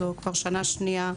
זו כבר שנה שנייה,